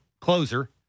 closer